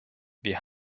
wir